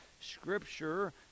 Scripture